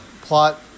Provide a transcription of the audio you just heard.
plot